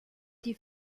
die